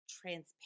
transparent